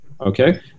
okay